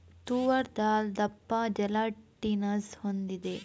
ತೂವರ್ ದಾಲ್ ದಪ್ಪ ಜೆಲಾಟಿನಸ್ ಹೊಂದಿದೆ